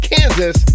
Kansas